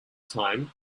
time